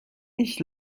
ich